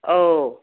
औ